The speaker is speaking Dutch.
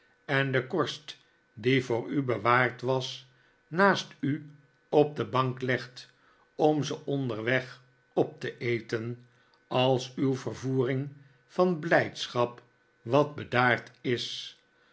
en de korst die voor u bewaard was naast u op de bank legt om ze onderweg op te eten als uw vervoering van blijdschap wat bedaard is